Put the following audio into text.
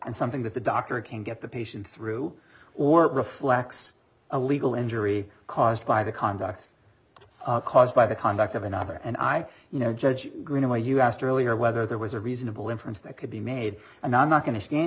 and something that the doctor can get the patient through or it reflects a legal injury caused by the conduct caused by the conduct of another and i you know judge greenaway you asked earlier whether there was a reasonable inference that could be made and i'm not going to stand